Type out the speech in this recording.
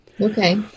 Okay